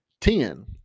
Ten